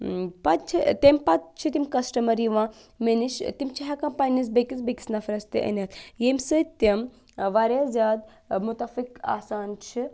پَتہٕ چھِ تَمہِ پَتہٕ چھِ تِم کَسٹَمَر یِوان مےٚ نِش تِم چھِ ہٮ۪کان پنٛنٕس بیٚیہِ کِس بیٚیہِ کِس نَفرَس تہِ أنِتھ ییٚمۍ سۭتۍ تِم واریاہ زیادٕ مُتَفِق آسان چھِ